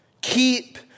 Keep